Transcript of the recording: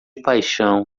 paixão